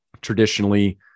Traditionally